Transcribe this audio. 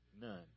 None